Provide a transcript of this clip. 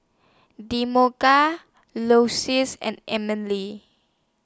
and Emelie